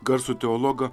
garsų teologą